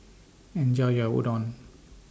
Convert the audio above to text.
Enjoy your Udon